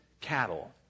cattle